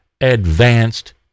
advanced